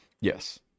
yes